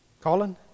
Colin